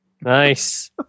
Nice